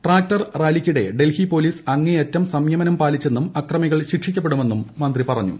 tractor റാലിക്കിടെ Delhi police അങ്ങേയറ്റം സംയമനം പാലിച്ചെന്നും അക്രമികൾ ശിക്ഷിക്കപ്പെടുമെന്നും മന്ത്രി പറഞ്ഞു